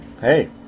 Hey